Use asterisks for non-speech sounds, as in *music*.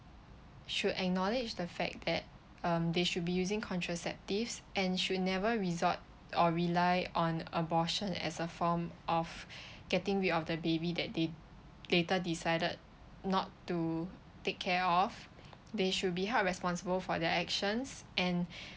should acknowledge the fact that um they should be using contraceptives and should never resort or rely on abortion as a form of *breath* getting rid of the baby that they later decided not to take care of they should be held responsible for their actions and *breath*